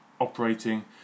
operating